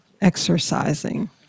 exercising